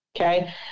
Okay